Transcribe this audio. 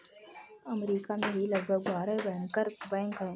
अमरीका में ही लगभग बारह बैंकर बैंक हैं